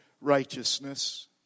righteousness